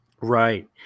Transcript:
Right